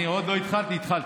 אני עוד לא התחלתי, התחלתי.